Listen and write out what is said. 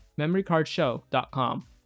MemoryCardShow.com